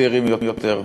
צעירים יותר,